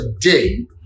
today